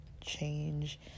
change